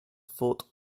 fought